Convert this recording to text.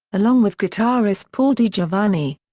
along with guitarist paul digiovanni.